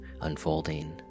unfolding